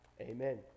Amen